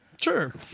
sure